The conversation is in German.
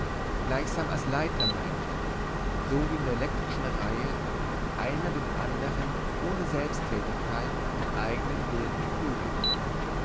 gleichsam als leiter mein ich so wie in der elektrischen reihe einer den andern ohne selbsttätigkeit und eignen willen prügelt